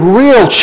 real